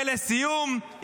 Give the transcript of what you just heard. ולסיום,